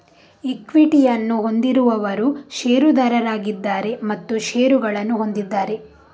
ಈಕ್ವಿಟಿಯನ್ನು ಹೊಂದಿರುವವರು ಷೇರುದಾರರಾಗಿದ್ದಾರೆ ಮತ್ತು ಷೇರುಗಳನ್ನು ಹೊಂದಿದ್ದಾರೆ